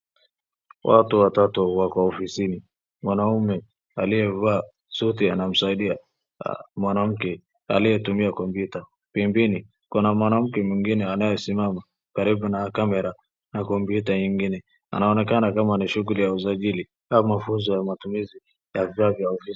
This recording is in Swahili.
Watu watatu wako ofisini. Mwanaume aliyevaa suti anamsaidia mwanmke aliyetumia computer . Pembeni, kuna mwanamke mwingine ambaye amesimama karibu na camera na computer ingine. Anaonekana ni kama shughuli ya usajili au mafunzo ya matumizi ya vifaa vya ofisi.